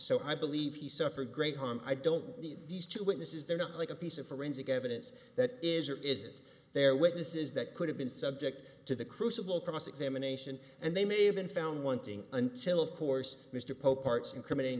so i believe he suffered great harm i don't need these two witnesses they're not like a piece of forensic evidence that is or isn't there witnesses that could have been subject to the crucible cross examination and they may have been found wanting until of course mr poe parts incriminating